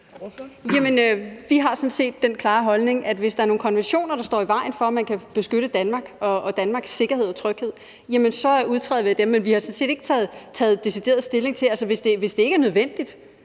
vi har sådan set den klare holdning, at hvis der er nogle konventioner, der står i vejen for, at man kan beskytte Danmark og Danmarks sikkerhed og tryghed, så udtræder vi af dem. Men vi har sådan set ikke taget decideret stilling til det andet. Altså, hvis det ikke er nødvendigt